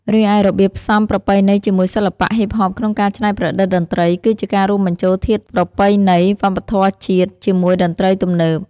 រីឯរបៀបផ្សំប្រពៃណីជាមួយសិល្បៈហ៊ីបហបក្នុងការច្នៃប្រឌិតតន្ត្រី គឺជាការរួមបញ្ចូលធាតុប្រពៃណីវប្បធម៌ជាតិជាមួយតន្ត្រីទំនើប។